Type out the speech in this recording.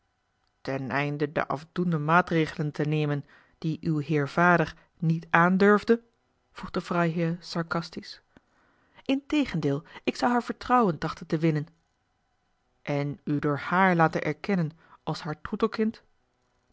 ten einde de afdoende maatregelen te nemen die uw heer vader niet aan durfde vroeg de freiherr sarcastisch integendeel ik zou haar vertrouwen trachten te winnen en u door haar laten erkennen als haar